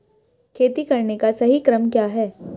खेती करने का सही क्रम क्या है?